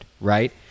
right